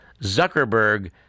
Zuckerberg